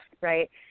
right